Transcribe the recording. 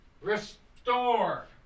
restore